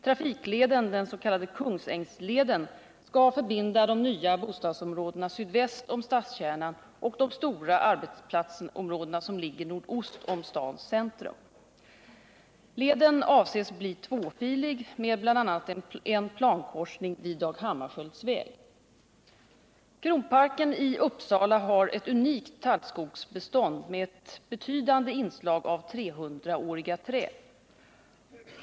Trafikleden, den s.k. Kungsängsleden, skall förbinda de nya bostadsområdena sydväst om stadskärnan och de stora arbetsplatserna som ligger nordost om stadens centrum. Leden avses bli tvåfilig med bl.a. en plankorsning vid Dag Hammarskjölds väg. Kronparken i Uppsala har ett unikt tallskogsbestånd med ett betydande inslag av 300-åriga träd.